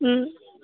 అ